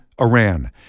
Iran